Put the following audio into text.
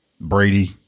Brady